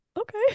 okay